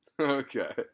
Okay